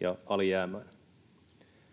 ja alijäämään.